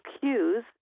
cues